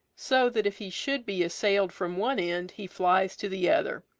so that if he should be assailed from one end, he flies to the other.